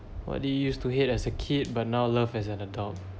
what do you used to hate as a kid but now love as an adult